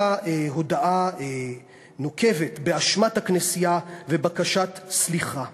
הודאה נוקבת באשמת הכנסייה ובקשת סליחה.